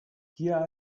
here